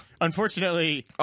Unfortunately